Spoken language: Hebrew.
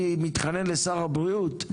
אני מתחנן לשר הבריאות,